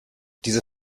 diese